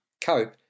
Cope